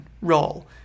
role